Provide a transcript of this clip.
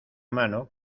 mano